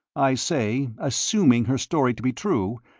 i say, assuming her story to be true,